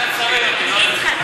זה ועדת שרים, לא אני.